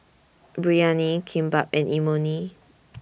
Biryani Kimbap and Imoni